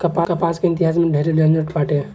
कपास के इतिहास में ढेरे झनझट बाटे